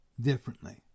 differently